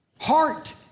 heart